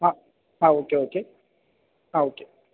ആ ആ okay okay ആ ഓക്കെ